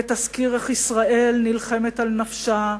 ותזכיר איך ישראל נלחמת על נפשה,